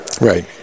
right